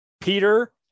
peter